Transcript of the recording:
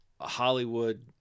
Hollywood